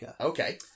Okay